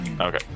Okay